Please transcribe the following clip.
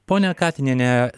ponia katiniene